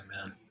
Amen